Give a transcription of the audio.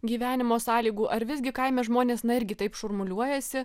gyvenimo sąlygų ar visgi kaime žmonės irgi taip šurmuliuojasi